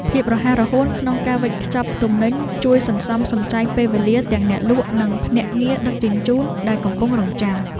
ភាពរហ័សរហួនក្នុងការវេចខ្ចប់ទំនិញជួយសន្សំសំចៃពេលវេលាទាំងអ្នកលក់ និងភ្នាក់ងារដឹកជញ្ជូនដែលកំពុងរង់ចាំ។